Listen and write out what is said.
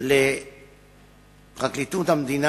פרקליטות המדינה,